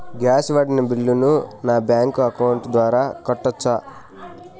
Gas వాడిన బిల్లును నా బ్యాంకు అకౌంట్ ద్వారా కట్టొచ్చా?